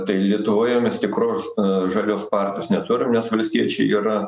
tai lietovoje mes tikros žalios partijos neturim nes valstiečiai yra